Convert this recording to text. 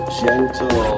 gentle